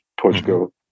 Portugal